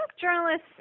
journalists